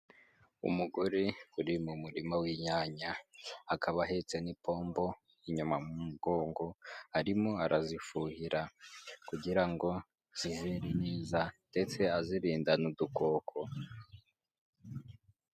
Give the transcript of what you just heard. Umugore uri mu murima w'inyanya, akaba ahetse n'ipombo inyuma mu mugongo, arimo arazifuhira kugira ngo zizere neza ndetse azirinda n'udukoko.